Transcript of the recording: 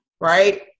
right